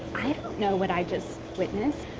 i don't know what i just witnessed.